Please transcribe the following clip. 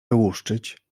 wyłuszczyć